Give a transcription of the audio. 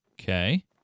Okay